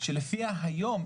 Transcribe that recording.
שלפיה היום,